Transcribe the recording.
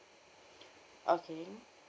okay